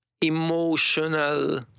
emotional